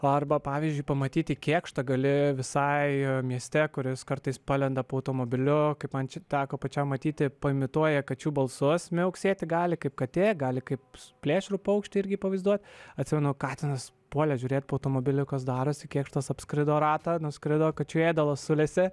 arba pavyzdžiui pamatyti kėkštą gali visai mieste kur jis kartais palenda po automobiliu kaip man čia teko pačiam matyti paimituoja kačių balsus mauksėti gali kaip katė gali kaip plėšrų paukštį irgi pavaizduoti atsimenu katinas puolė žiūrėt po automobiliu kas darosi kėkštas apskrido ratą nuskrido kačių ėdalą sulesė